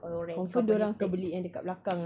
oren oren carbonated